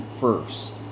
first